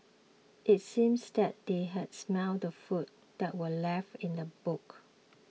it seems that they had smelt the food that were left in the boot